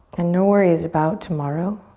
and no worries about tomorrow.